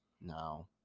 no